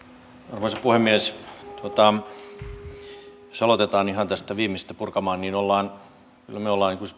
arvoisa puhemies jos aloitetaan ihan tästä viimeisimmästä purkamaan niin me olemme